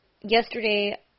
yesterday